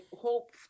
hope